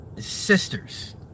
sisters